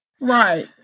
Right